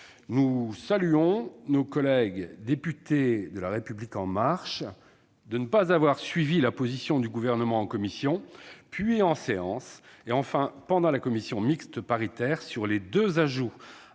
Nous saluons nos collègues députés de La République En Marche, qui n'ont pas suivi la position du Gouvernement, en commission puis en séance, et enfin au cours des travaux de la commission mixte paritaire sur les deux ajouts